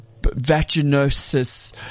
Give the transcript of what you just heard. vaginosis